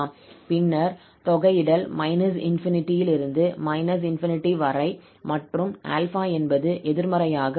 பின்னர் தொகையிடல் −∞ இலிருந்து −∞ வரை மற்றும் 𝛼 என்பது எதிர்மறையாக உள்ளது